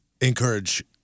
encourage